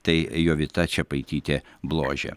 tai jovita čepaitytė bložė